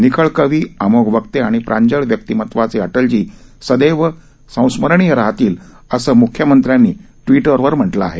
निखळ कवी अमोघ वक्ते आणि प्रांजळ व्यक्तिमत्वाचे अटलजी सदैव संस्मरणीय राहतील असं म्ख्यमंत्र्यांनी ट्विटरवर म्हटलं आहे